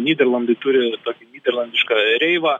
nyderlandai turi tokį nyderlandišką reivą